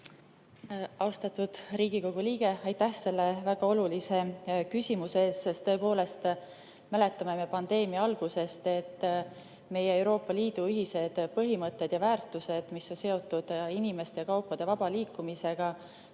Austatud Riigikogu liige, aitäh selle väga olulise küsimuse eest! Tõepoolest mäletame me pandeemia algusest, et meie Euroopa Liidu ühised põhimõtted ja väärtused, mis on seotud inimeste ja kaupade vaba liikumisega,